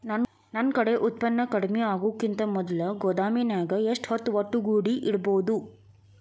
ನನ್ ಕಡೆ ಉತ್ಪನ್ನ ಕಡಿಮಿ ಆಗುಕಿಂತ ಮೊದಲ ಗೋದಾಮಿನ್ಯಾಗ ಎಷ್ಟ ಹೊತ್ತ ಒಟ್ಟುಗೂಡಿ ಇಡ್ಬೋದು?